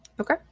okay